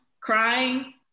crying